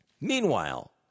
Meanwhile